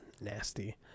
nasty